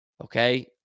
Okay